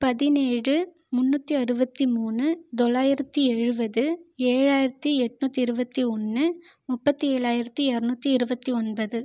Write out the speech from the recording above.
பதினேழு முன்னுற்றி அறுபத்தி மூணு தொள்ளாயிரத்து எழுபது ஏழாயிரத்து எட்ணுற்றி இருபத்தி ஒன்று முப்பத்து ஏழாயிரத்து எரணுற்றி இருபத்தி ஒன்பது